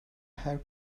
her